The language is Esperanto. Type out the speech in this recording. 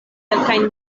kelkajn